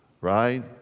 right